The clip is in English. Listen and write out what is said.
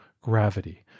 gravity